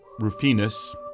Rufinus